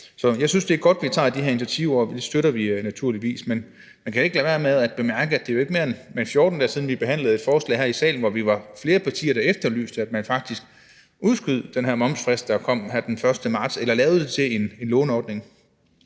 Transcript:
Så jeg synes, det er godt, at vi tager de her initiativer, og det støtter vi naturligvis. Men man kan ikke lade være med at bemærke, at det jo ikke er mere end 14 dage siden, vi behandlede et forslag her i salen, hvor vi var flere partier, der efterlyste, at man faktisk udskød den her momsfrist, der kommer her den 1. marts, eller lavede det til en låneordning.